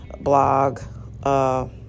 blog